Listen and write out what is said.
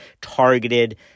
targeted